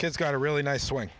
kid's got a really nice swing